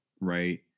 right